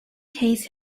his